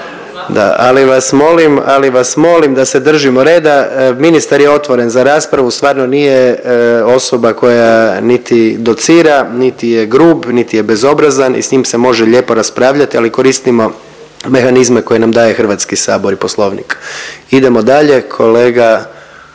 ali vas molim da se držimo reda. Ministar je otvoren za raspravu, stvarno nije osoba koja niti docira, niti je grub, niti je bezobrazan i s njim se može lijepo raspravljati ali koristimo mehanizme koje nam daje Hrvatski sabor i Poslovnik. Idemo dalje, kolega